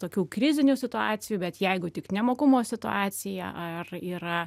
tokių krizinių situacijų bet jeigu tik nemokumo situacija ar yra